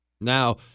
Now